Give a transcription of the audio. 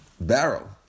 barrel